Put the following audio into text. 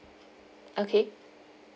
okay